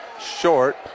short